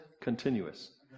continuous